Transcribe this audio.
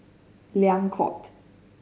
Liang Court